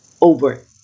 over